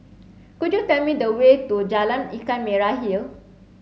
could you tell me the way to Jalan Ikan Merah Hill